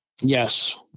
Yes